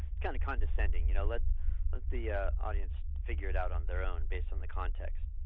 kind of condescending. you know let let the ah audience figure it out on their own based on the context.